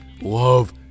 love